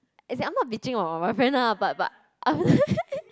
as in I'm not bitching about my boyfriend ah but but